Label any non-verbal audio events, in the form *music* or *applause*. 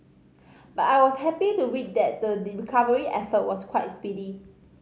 but I was happy to read that the *unintelligible* recovery effort was quite speedy